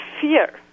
fear